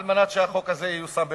כדי שהחוק הזה ייושם במלואו.